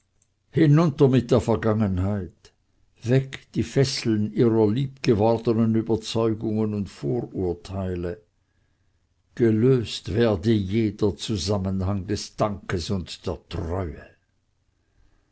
hinunter mit der vergangenheit weg die fesseln ihrer liebgewordenen überzeugungen und vorurteile gelöst werde jeder zusammenhang des dankes und der treue